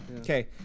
Okay